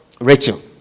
Rachel